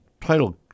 title